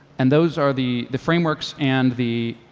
and those are the the frameworks, and the